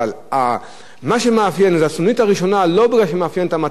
זה הסנונית הראשונה לא כי זה מאפיין את המצב הכלכלי הקשה שלנו.